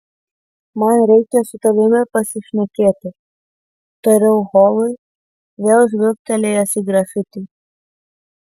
man reikia su tavimi pasišnekėti tariau holui vėl žvilgtelėjęs į grafitį